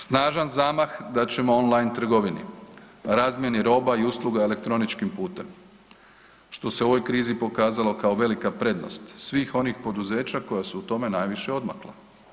Snažan zamah dat ćemo online trgovini, razmjeni roba i usluga elektroničkim putem što se u ovoj krizi pokazalo kao velika prednost svih onih poduzeća koja su tome najviše odmakla.